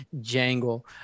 jangle